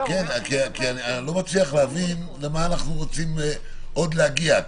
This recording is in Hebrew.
אני לא מצליח להבין למה אנחנו רוצים עוד להגיע.